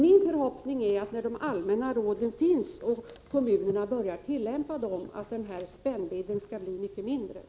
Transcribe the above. Min förhoppning är att spännvidden skall bli mycket mindre när de allmänna råden finns och kommunerna har börjat tillämpa dem.